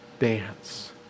Dance